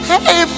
Hey